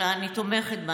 אלא אני תומכת בה.